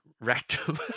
rectum